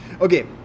Okay